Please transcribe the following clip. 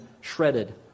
shredded